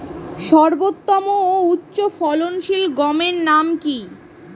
সর্বোত্তম ও উচ্চ ফলনশীল গমের নাম কি?